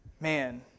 man